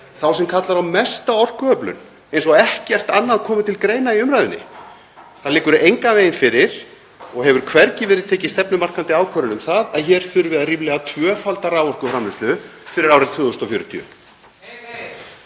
sem kallar á mesta orkuöflun, eins og ekkert annað komi til greina í umræðunni. Það liggur engan veginn fyrir og hefur hvergi verið tekið stefnumarkandi ákvörðun um það að hér þurfi að ríflega tvöfalda raforkuframleiðslu fyrir árið 2040.